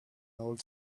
old